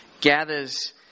gathers